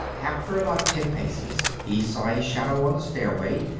after about ten paces, he saw a shadow on the stairway,